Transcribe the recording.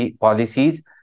policies